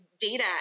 data